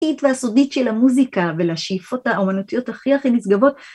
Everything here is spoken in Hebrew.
והסודית של המוזיקה ולשאיפות האומנותיות הכי הכי נשגבות